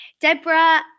Deborah